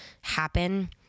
happen